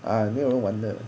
ah 没有人玩的